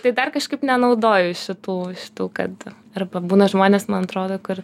tai dar kažkaip nenaudoju šitų šitų kad arba būna žmonės man atrodo kur